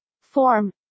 form